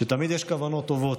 תמיד יש כוונות טובות,